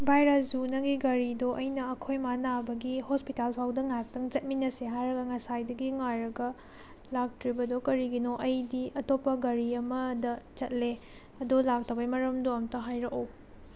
ꯕꯥꯏ ꯔꯥꯖꯨ ꯅꯪꯒꯤ ꯒꯥꯔꯤꯗꯣ ꯑꯩꯅ ꯑꯩꯈꯣꯏ ꯏꯃꯥ ꯅꯥꯕꯒꯤ ꯍꯣꯁꯄꯤꯇꯥꯜ ꯐꯥꯎꯗ ꯉꯥꯏꯍꯥꯛꯇꯪ ꯆꯠꯃꯤꯟꯅꯁꯦ ꯍꯥꯏꯔꯒ ꯉꯁꯥꯏꯗꯒꯤ ꯉꯥꯏꯔꯒ ꯂꯥꯛꯇ꯭ꯔꯤꯕꯗꯣ ꯀꯔꯤꯒꯤꯅꯣ ꯑꯩꯗꯤ ꯑꯇꯣꯞꯄ ꯒꯥꯔꯤ ꯑꯃꯗ ꯆꯠꯂꯦ ꯑꯗꯣ ꯂꯥꯛꯇꯕꯒꯤ ꯃꯔꯝꯗꯣ ꯑꯝꯇ ꯍꯥꯏꯔꯛꯑꯣ